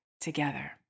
together